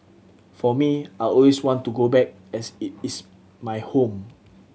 for me I always want to go back as it is my home